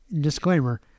disclaimer